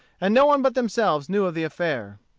and no one but themselves knew of the affair.